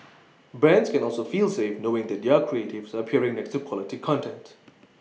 brands can also feel safe knowing that their creatives are appearing next to quality content